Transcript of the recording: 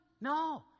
No